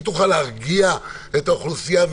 היא תוכל להרגיע את האוכלוסייה,